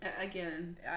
again